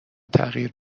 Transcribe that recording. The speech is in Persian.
تغییر